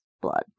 blood